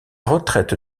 retraite